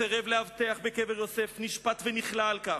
סירב לאבטח בקבר-יוסף, נשפט ונכלא על כך.